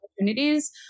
opportunities